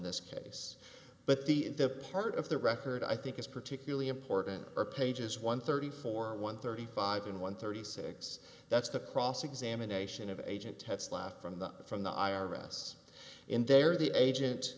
this case but the the part of the record i think is particularly important are pages one thirty four one thirty five and one thirty six that's the cross examination of agent tests laugh from the from the i r s in there the agent